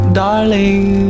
darling